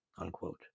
unquote